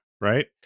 right